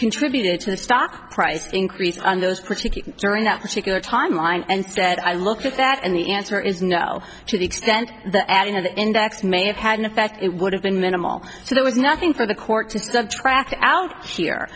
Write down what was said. contributed to the stock price increase on those particular during that particular time line and said i look at that and the answer is no to the extent that adding an index may have had an effect it would have been minimal so there was nothing for the court to subtract out here